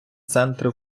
центри